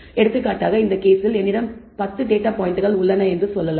எனவே எடுத்துக்காட்டாக இந்த கேஸில் என்னிடம் 10 டேட்டா பாயிண்டுகள் உள்ளன என்று சொல்லலாம்